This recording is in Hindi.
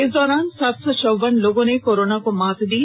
इस दौरान सात सौ चौवन लोगों ने कोरोना को मात दी